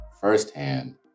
firsthand